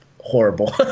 horrible